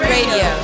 Radio